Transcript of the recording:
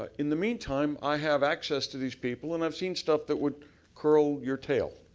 ah in the meantime, i have access to these people and i have seen stuff that would curl your tail.